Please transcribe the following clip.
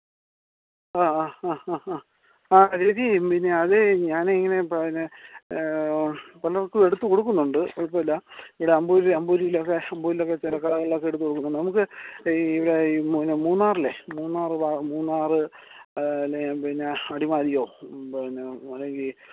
ആ ആ ആ ആ ആ ചേച്ചി പിന്നെ അതേ ഞാൻ ഇങ്ങനെ പിന്നെ പലർക്കും എടുത്തു കൊടുക്കുന്നുണ്ട് കുഴപ്പമില്ല ഇവടെ അമ്പൂരി അമ്പൂരിയിലൊക്കെ അമ്പൂരിയിലൊക്കെ ചില കടകളിലൊക്കെ എടുത്തു കൊടുക്കുന്നു നമുക്ക് ഈ ഇവിടെ ഈ പിന്നെ മൂന്നാറിലെ മൂന്നാർ ഭാഗം മൂന്നാർ അല്ലെ പിന്നെ അടിമാലിയോ പിന്നെ അല്ലെങ്കിൽ